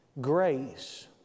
Grace